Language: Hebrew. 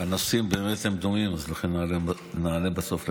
הנושאים באמת דומים, לכן נענה בסוף לכולם.